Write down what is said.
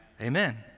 Amen